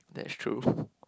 that's true